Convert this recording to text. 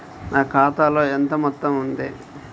నా ఖాతాలో ఎంత మొత్తం ఉంది?